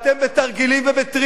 בתרגילים ובטריקים,